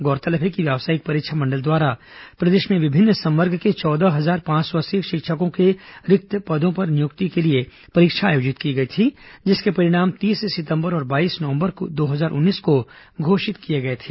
गौरतलब है कि व्यावसायिक परीक्षा मंडल द्वारा प्रदेश में विभिन्न संवर्ग के चौदह हजार पांच सौ अस्सी शिक्षकों के रिक्त पदों पर नियुक्ति के लिए परीक्षा आयोजित की गई थी जिसके परिणाम तीस सितंबर और बाईस नवंबर दो हजार उन्नीस को घोषित किए गए थे